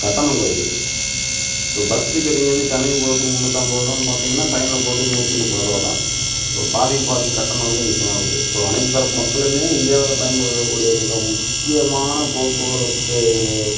கட்டணம் குறைவு இப்போ பஸ் டிக்கெட் இங்கேருந்து சென்னைக்கு போகிறதுக்கு முந்நூற்று ஐம்பது ரூபா பார்த்தீங்கனா ட்ரெயினில் போகிறதுக்கு நூற்றி முப்பது ரூபா தான் ஸோ பாதிக்கு பாதி கட்டணம் வந்து மிச்சம் ஆகுது ஸோ அனைத்து தரப்பு மக்களும் இந்தியாவில் பயன்படுத்தகூடிய மிக முக்கியமான போக்குவரத்து